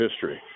history